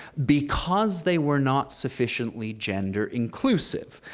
because they were not sufficiently gender inclusive.